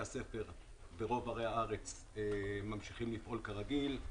הספר ברוב חלקי הארץ ממשיכים לפעול כרגיל.